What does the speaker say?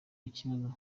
ikibazo